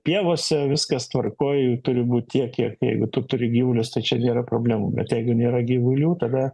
pievose viskas tvarkoj turi būt tiek kiek jeigu tu turi gyvulius tačiau nėra problemų bet jeigu nėra gyvulių tada